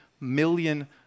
million